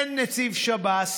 אין נציב שב"ס,